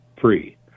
Free